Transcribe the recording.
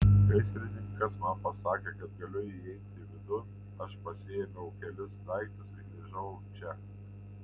gaisrininkas man pasakė kad galiu įeiti vidun aš pasiėmiau kelis daiktus ir grįžau čia